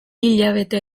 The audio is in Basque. hilabete